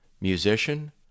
musician